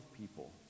people